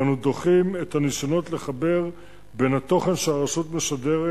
ואנו דוחים את הניסיונות לחבר בין התוכן שהרשות משדרת